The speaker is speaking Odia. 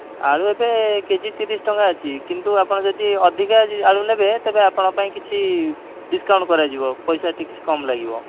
ଆଳୁ ଏବେ କେ ଜି ତିରିଶ ଟଙ୍କା ଅଛି କିନ୍ତୁ ଆପଣ ଯଦି ଅଧିକ ଆଳୁ ନେବେ ତେବେ ଆପଣଙ୍କ ପାଇଁ କିଛି ଡିସ୍କାଉଣ୍ଟ୍ କରାଯିବ ପଇସା କିଛି କମ୍ ଲାଗିବ